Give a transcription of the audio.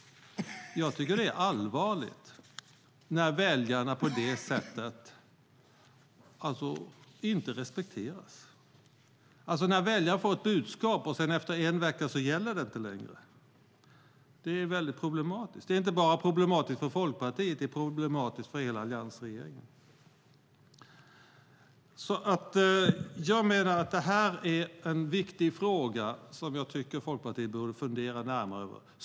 Jag tycker att det är allvarligt när väljarna inte respekteras, när väljarna får ett budskap och det efter en vecka inte gäller längre. Det är problematiskt. Det är problematiskt inte bara för Folkpartiet utan för hela alliansregeringen. Det här är en viktig fråga som jag tycker att Folkpartiet borde fundera närmare över.